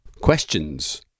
Questions